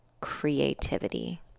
creativity